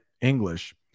English